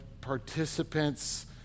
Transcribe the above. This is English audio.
participants